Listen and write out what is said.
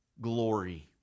glory